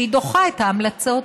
שהיא דוחה את ההמלצות.